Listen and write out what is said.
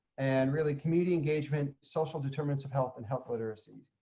and really community engagement social determinants of health and health literacy.